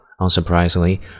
Unsurprisingly